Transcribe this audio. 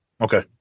Okay